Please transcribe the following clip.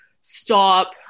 stop